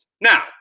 Now